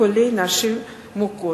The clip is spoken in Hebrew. כולל נשים מוכות,